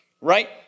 right